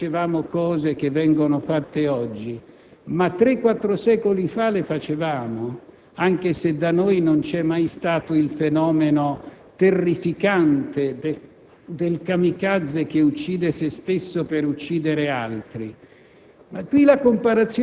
C'è un' arretratezza di costumi con la quale dobbiamo fare i conti? So bene, come è stato detto dal collega che ha parlato per primo a nome della Lega,